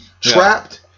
trapped